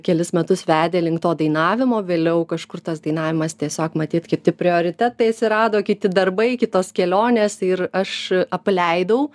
kelis metus vedė link to dainavimo vėliau kažkur tas dainavimas tiesiog matyt kiti prioritetai atsirado kiti darbai kitos kelionės ir aš apleidau